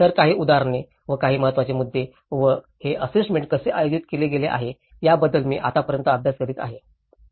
तर काही उदाहरणे व काही महत्त्वाचे मुद्दे व हे असेसमेंट कसे आयोजित केले गेले आहे याबद्दल मी आतापर्यंत अभ्यास करीत आहे